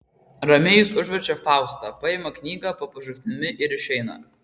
ramiai jis užverčia faustą paima knygą po pažastimi ir išeina